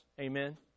Amen